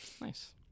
nice